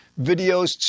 videos